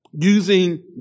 using